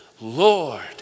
Lord